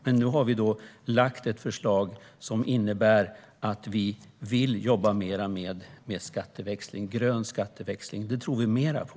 Men nu har vi lagt fram ett förslag som innebär att vi vill jobba mer med grön skatteväxling. Det tror vi mer på.